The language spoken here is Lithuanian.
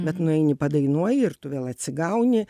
bet nueini padainuoji ir tu vėl atsigauni